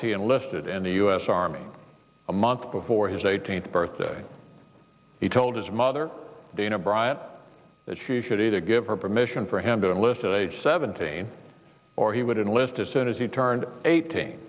enlisted in the us army a month before his eighteenth birthday he told his mother dana bryant that she should either give her permission for him to enlist at age seventeen or he would enlisted soon as he turned eighteen